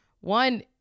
one